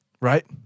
Right